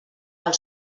pel